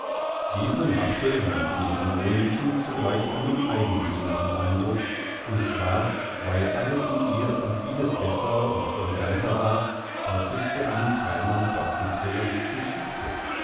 diese machte neben ihrem wohnlichen zugleich einen eigenthümlichen eindruck und zwar weil alles in ihr um vieles besser und eleganter war als sich's für einen krämer und dorfmaterialisten schickte